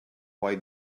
why